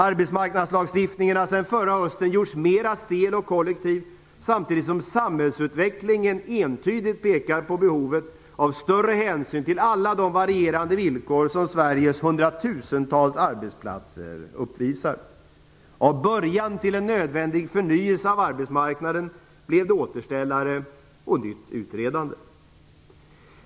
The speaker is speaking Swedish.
Arbetsmarknadslagstiftningen har sedan förra hösten gjorts mera stel och kollektiv, samtidigt som samhällsutvecklingen entydigt pekar på behovet av större hänsyn till alla de varierande villkor som Sveriges hundratusentals arbetsplatser uppvisar. Av början till en nödvändig förnyelse av arbetsmarknaden blev det återställare och nytt utredande.